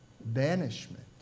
banishment